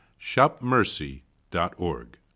shopmercy.org